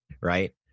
right